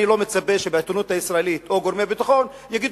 אני לא מצפה שבעיתונות הישראלית או גורמי הביטחון יגידו,